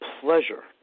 pleasure